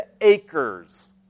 acres